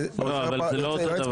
לא, אבל זה לא אותו דבר.